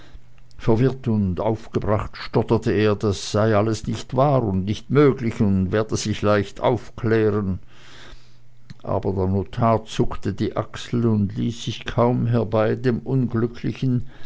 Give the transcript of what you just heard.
verwirrt und aufgebracht stotterte er das sei alles nicht wahr und nicht möglich und werde sich leicht aufklären aber der notar zuckte die achseln und ließ sich kaum herbei dem unglücklichen